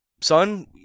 son